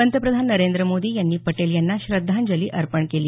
पंतप्रधान नरेंद्र मोदी यांनी पटेल यांना श्रद्धांजली अर्पण केली